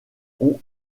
ont